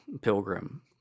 Pilgrim